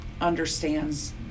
understands